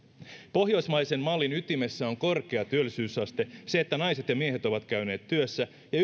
pohjoismaisen mallin ytimessä on korkea työllisyysaste se että naiset ja miehet ovat käyneet työssä ja